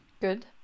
good